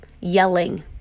yelling